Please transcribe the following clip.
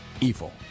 evil